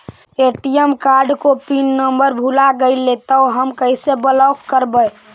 ATM card को pin number भुला गैले तौ हम कैसे ब्लॉक करवै?